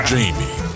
Jamie